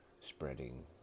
spreading